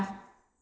have